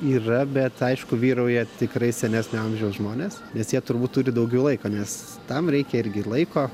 yra bet aišku vyrauja tikrai senesnio amžiaus žmones nes jie turbūt turi daugiau laiko nes tam reikia irgi laiko